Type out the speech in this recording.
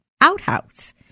outhouse